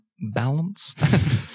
balance